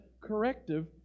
corrective